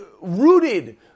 rooted